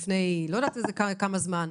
לפני אני לא יודעת כמה זמן,